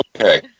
Okay